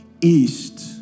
East